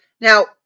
now